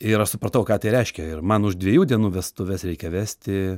ir aš supratau ką tai reiškia ir man už dviejų dienų vestuves reikia vesti